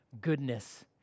goodness